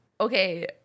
Okay